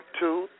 two